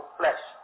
flesh